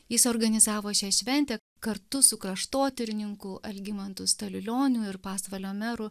jis organizavo šią šventę kartu su kraštotyrininku algimantu stalilioniu ir pasvalio meru